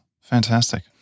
Fantastic